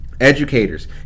Educators